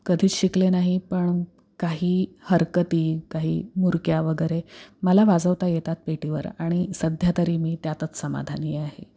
कधीच शिकले नाही पण काही हरकती काही मुरक्या वगैरे मला वाजवता येतात पेटीवर आणि सध्या तरी मी त्यातच समाधानी आहे